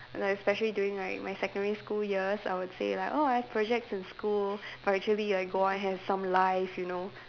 and especially during like my secondary school years I would say like oh I have projects in school but actually I go out and have some life you know